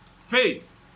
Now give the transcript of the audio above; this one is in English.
Faith